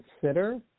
consider